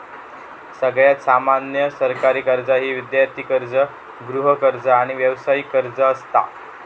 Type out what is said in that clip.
सगळ्यात सामान्य सरकारी कर्जा ही विद्यार्थी कर्ज, गृहकर्ज, आणि व्यावसायिक कर्ज असता